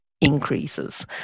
increases